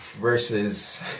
Versus